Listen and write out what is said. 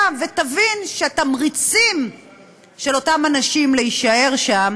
ותבין שהתמריצים של אותם אנשים להישאר שם